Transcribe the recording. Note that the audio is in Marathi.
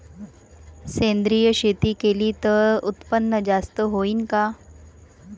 सेंद्रिय शेती केली त उत्पन्न जास्त होईन का?